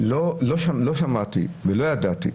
לא שמעתי ולא ידעתי,